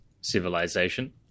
civilization